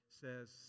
says